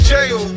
Jail